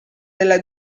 della